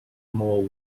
more